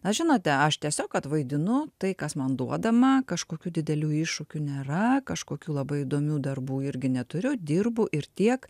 na žinote aš tiesiog atvaidinu tai kas man duodama kažkokių didelių iššūkių nėra kažkokių labai įdomių darbų irgi neturiu dirbu ir tiek